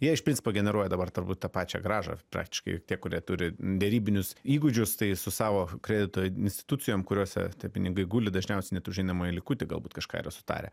jie iš principo generuoja dabar turbūt tą pačią grąžą praktiškai tie kurie turi derybinius įgūdžius tai su savo kredito institucijom kuriose tie pinigai guli dažniausiai net už einamąjį likutį galbūt kažką yra sutarę